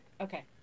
Okay